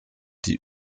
die